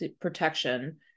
protection